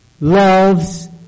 loves